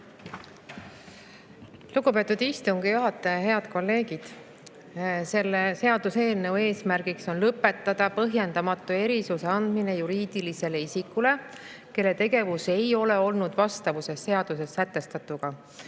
Lugupeetud istungi juhataja! Head kolleegid! Seaduseelnõu eesmärk on lõpetada põhjendamatu erisuse andmine juriidilisele isikule, kelle tegevus ei ole olnud vastavuses seaduses sätestatuga.